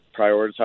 prioritize